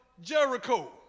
Jericho